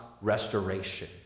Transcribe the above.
restoration